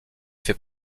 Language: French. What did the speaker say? fait